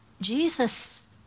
Jesus